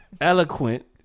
Eloquent